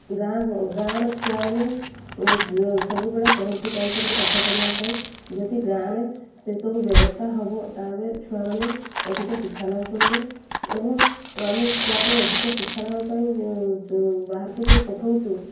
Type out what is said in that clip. ଗାଁ ଗାଁର ଛୁଆମାନେ ସବୁବେଳେ ସହରକୁ ଯାଉଛନ୍ତି ପାଠ ପଢ଼ିବା ପାଇଁ ଯଦି ଗାଁରେ ସେସବୁ ବ୍ୟବସ୍ଥା ହେବ ତାପରେ ଛୁଆମାନେ ଅଧିକ ଶିକ୍ଷାଲାଭ କରିବେ ଏବଂ ଆମେ ଛୁଆକୁ ଅଧିକ ଶିକ୍ଷା ଲାଭ ପାଇଁ ବାହାରକୁ ଯେଉଁ ପଠାଉଛୁ